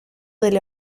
del